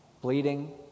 bleeding